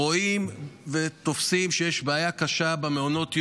רואים ותופסים שיש בעיה קשה במעונות יום,